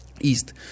east